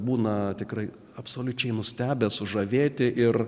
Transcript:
būna tikrai absoliučiai nustebę sužavėti ir